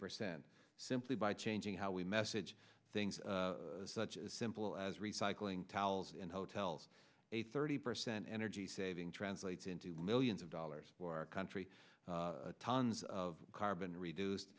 percent simply by changing how we message things such as simple as recycling towels and hotels a thirty percent energy saving translates into millions of dollars for our country tons of carbon reduced